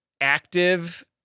active